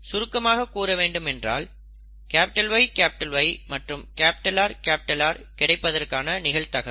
சுருக்கமாக கூற வேண்டும் என்றால் YY மற்றும் RR கிடைப்பதற்கான நிகழ்தகவு